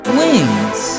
wings